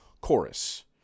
chorus